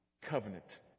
covenant